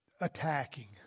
attacking